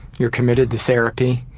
you're committed to therapy.